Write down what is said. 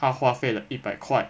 他花费了一百块